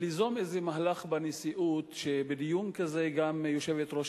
ליזום איזה מהלך בנשיאות, שבדיון כזה גם יושבת-ראש